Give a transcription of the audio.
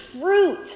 fruit